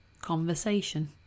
conversation